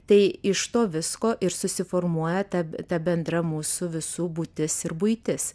tai iš to visko ir susiformuoja ta ta bendra mūsų visų būtis ir buitis